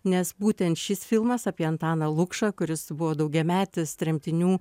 nes būtent šis filmas apie antaną lukšą kuris buvo daugiametis tremtinių